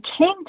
came